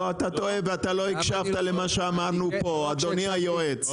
לא אתה טועה ואתה לא הקשבת למה שאמרנו פה אדוני היועץ.